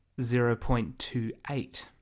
0.28